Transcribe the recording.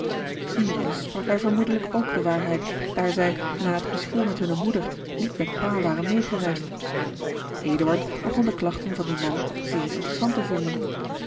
hierin sprak hij vermoedelijk ook de waarheid daar zij na het geschil met hunne moeder niet met pa waren meêgereisd eduard begon de klagten van dien man zeer interessant te vinden